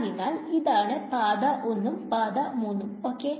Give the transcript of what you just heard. അതിനാൽ ഇതാണ് പാത 1 ഉം പാത 3 ഉം ok